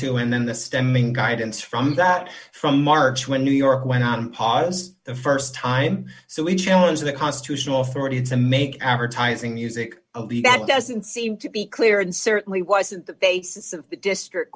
to and then the stemming guidance from that from march when new york went on pause the st time so we challenge the constitutional authority to make advertising music that doesn't seem to be clear and certainly wasn't the basis of the district